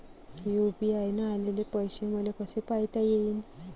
UPI न आलेले पैसे मले कसे पायता येईन?